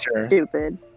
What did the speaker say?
stupid